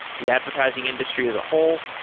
the advertising industry as a whole,